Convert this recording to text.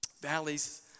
Valleys